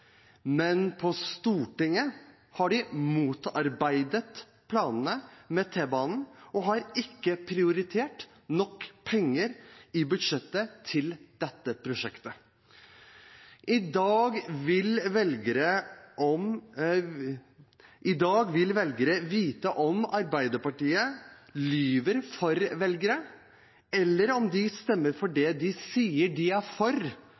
Men på Stortinget har de motarbeidet planene med T-banen og har ikke prioritert nok penger i budsjettet til dette prosjektet. I dag vil velgerne få vite om Arbeiderpartiet lyver, eller om de stemmer for det de sier de er for: